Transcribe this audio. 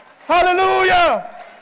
Hallelujah